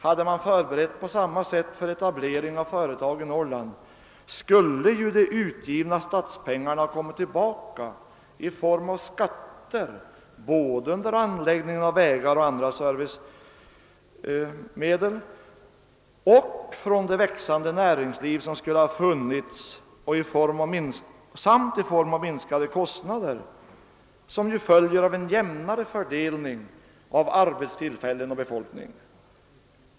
Hade man förberett på samma sätt för etablering av företag i Norrland skuile de utgivna statspengarna ha kommit tillbaka i form av skatter både under anläggningen av vägar och andra servicemedel och från det växande näringsliv som skulle ha funnits och i form av minskade kostnader som följer av en jämnare fördelning av arbetstillfällen och befolkning.